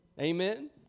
Amen